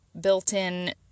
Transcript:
built-in